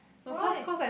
why